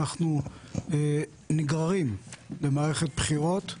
אנחנו נגררים למערכת בחירות.